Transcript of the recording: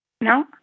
No